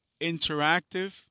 interactive